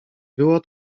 było